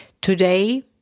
today